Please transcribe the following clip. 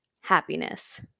happiness